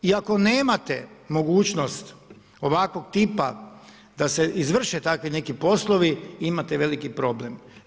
I ako nemate mogućnost ovakvog tipa da se izvrše takvi neki poslovi imate veliki problem.